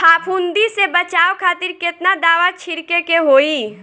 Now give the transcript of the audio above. फाफूंदी से बचाव खातिर केतना दावा छीड़के के होई?